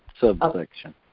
subsection